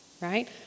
right